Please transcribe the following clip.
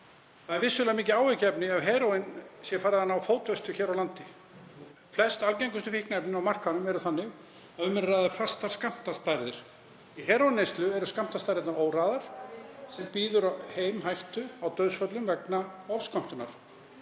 Það er vissulega mikið áhyggjuefni að heróín sé farið að ná fótfestu hér á landi. Flest algengustu fíkniefnin á markaðnum eru þannig að um er að ræða fastar skammtastærðir. Í heróínneyslu eru skammtastærðir óræðar sem býður heim hættu á dauðsföllum vegna ofskömmtunar.